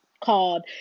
called